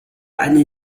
eine